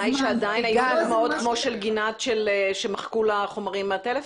אבל עובדה היא שעדיין היו דוגמאות כמו של גינת שמחקו לה חומרים מהטלפון.